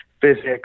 physics